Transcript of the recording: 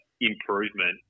improvement